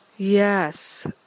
Yes